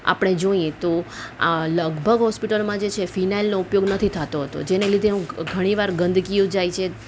આપણે જોઈએ તો આ લગભગ હોસ્પિટલમાં જે છે ફિનાઈલનો ઉપયોગ નથી થતો હોતો જેને લીધે ઘણી વાર ગંદકીઓ જાય છે